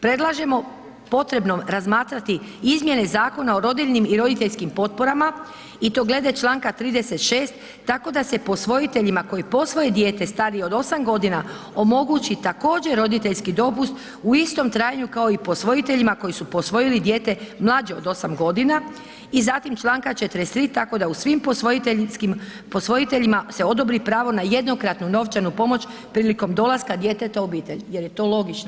Predlažemo potrebnom razmatrati izmjene Zakona o rodiljnim i roditeljskim potporama i to glede čl. 36. tako da se posvojiteljima koji posvoje dijete starije od 8 godina omogući također roditeljski dopust u istom trajanju kao i posvojiteljima koji su posvojili dijete mlađe od 8 godina i zatim čl. 43. tako da u svojim posvojiteljima se odobri pravo na jednokratnu novčanu pomoć prilikom dolaska djeteta u obitelj jer je to logično.